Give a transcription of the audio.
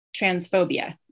Transphobia